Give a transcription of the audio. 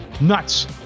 Nuts